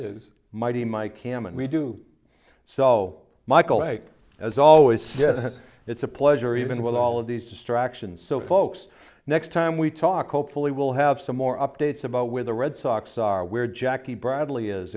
is mighty my cam and we do so michael eric as always says it's a pleasure even with all of these distractions so folks next time we talk hopefully we'll have some more updates about where the red sox are where jackie bradley